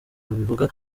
babivuga